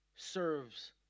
Serves